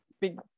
big